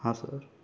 हां सर